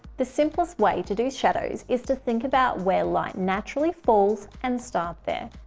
the simplest way to do shadows is to think about where light naturally falls and start there.